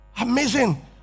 amazing